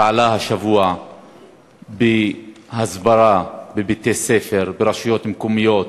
פעלה השבוע בהסברה בבתי-ספר ברשויות המקומיות,